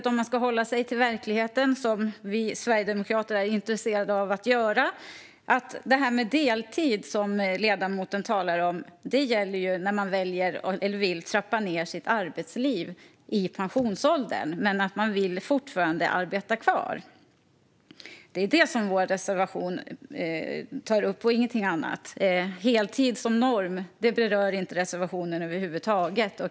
Om man ska hålla sig till verkligheten, som vi sverigedemokrater är intresserade av att göra, gäller den deltid som ledamoten tar upp när man vill trappa ned i arbetslivet när man är i pensionsåldern men fortfarande vill arbeta kvar. Det är detta vår reservation tar upp, ingenting annat. Heltid som norm berörs över huvud taget inte i reservationen.